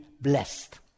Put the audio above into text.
blessed